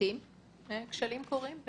שלעיתים כשלים קורים.